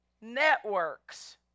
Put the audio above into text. networks